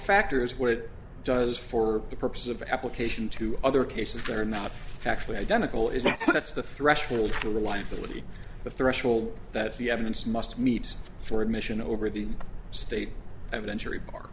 factors what it does for the purpose of application to other cases that are not actually identical is not such the threshold the reliability the threshold that the evidence must meet for admission over the state evidentiary bar